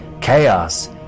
chaos